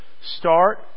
start